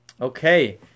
okay